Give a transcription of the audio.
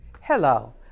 Hello